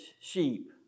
sheep